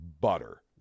butter